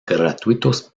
gratuitos